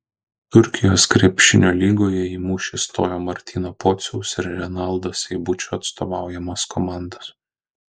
turkijos krepšinio lygoje į mūšį stojo martyno pociaus ir renaldo seibučio atstovaujamos komandos